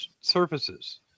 surfaces